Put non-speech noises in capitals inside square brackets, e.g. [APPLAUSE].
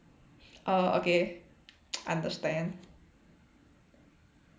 orh okay [NOISE] understand